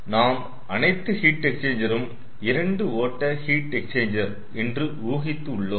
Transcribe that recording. நாம் அனைத்து ஹீட் எக்ஸ்சேஞ்சரும் 2 ஓட்ட ஹீட் எக்ஸ்சேஞ்சர் என்று ஊகித்து உள்ளோம்